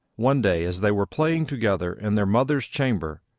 one day, as they were playing together in their mother's chamber,